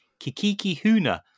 Kikikihuna